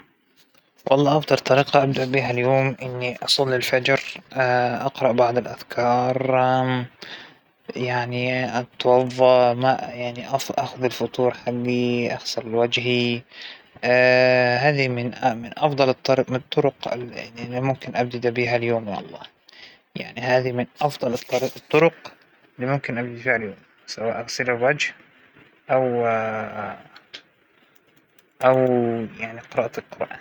أفضل طريقة لإنهاء اليوم، هى النوم بكير، بس بخلص اللى وراى كلياته، وأطفالى يناموا بس بيجى الدور عليا أدخل أنام فى هدوء وسكينة، النوم بكير هذا أصلا صحة للجسم، وراحة للأعصاب، لأنه خلاص انت كل التوتر والنرفز اللى كان عندك طوال اليوم، خلاص راح.